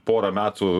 porą metų